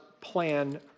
plan